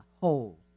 whole